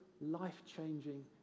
life-changing